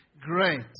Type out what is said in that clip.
Great